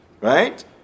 Right